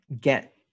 get